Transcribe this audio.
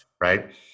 right